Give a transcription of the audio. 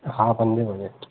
हा पंजे वजे